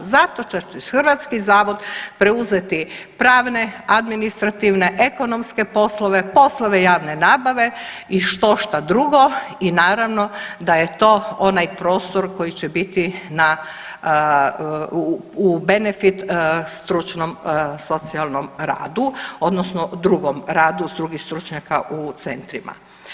Zato što će hrvatski zavod preuzeti pravne, administrativne, ekonomske poslove, poslove javne nabave i štošta drugo i naravno da je to onaj prostor koji će biti u benefit stručnom socijalnom radu odnosno drugom radu drugih stručnjaka u centrima.